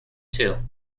too